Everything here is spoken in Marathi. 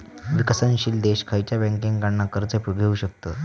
विकसनशील देश खयच्या बँकेंकडना कर्ज घेउ शकतत?